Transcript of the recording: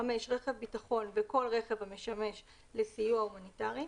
(5) רכב ביטחון וכל רכב המשמש לסיוע הומניטרי,